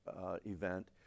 event